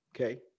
Okay